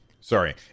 sorry